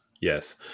Yes